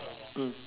mm